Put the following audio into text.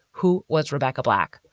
who was rebecca black?